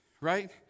right